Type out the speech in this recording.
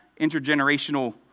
intergenerational